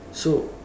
so